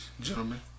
gentlemen